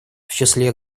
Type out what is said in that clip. числе